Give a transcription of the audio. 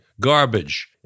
garbage